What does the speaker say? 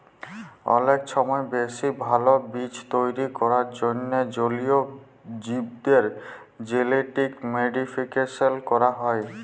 অলেক ছময় বেশি ভাল জীব তৈরি ক্যরার জ্যনহে জলীয় জীবদের জেলেটিক মডিফিকেশল ক্যরা হ্যয়